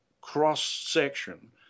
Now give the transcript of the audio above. cross-section